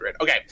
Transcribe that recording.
okay